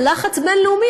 בלחץ בין-לאומי,